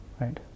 right